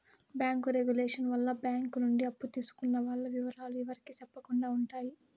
bank regulation వల్ల bank నుండి అప్పు తీసుకున్న వాల్ల ఇవరాలు ఎవరికి సెప్పకుండా ఉంటాయి